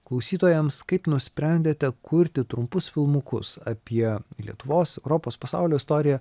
klausytojams kaip nusprendėte kurti trumpus filmukus apie lietuvos europos pasaulio istoriją